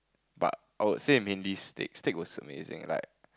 but I would say mainly steaks steak was amazing like